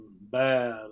bad